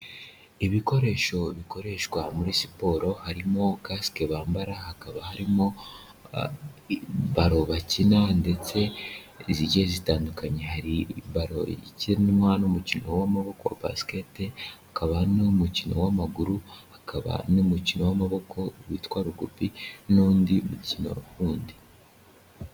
Ibikoresho bikoreshwa muri siporo harimo kasike bambara, hakaba harimo balo bakina ndetse zigiye zitandukanye, hari balo ikinwa n'umukino w'amaboko basket, hakaba hari n'umukino w'amaguru, hakaba n'umukino w'amaboko witwa rugubi n'undi mukino wundi.